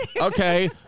Okay